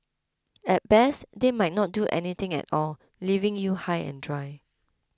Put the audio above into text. at best they might not do anything at all leaving you high and dry